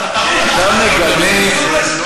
אני אקל עליך עוד טיפה.